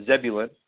Zebulun